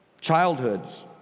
childhoods